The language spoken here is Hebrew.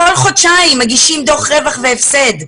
כל חודשיים מגישים דוח רווח והפסד.